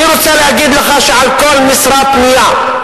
אני רוצה להגיד לך שעל כל משרה פנויה,